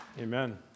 Amen